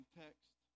text